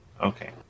Okay